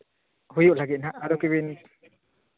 ᱦᱩᱭᱩᱜ ᱞᱟᱹᱜᱤᱫ ᱦᱟᱸᱜ ᱟᱨᱚ ᱠᱤᱨᱤᱧ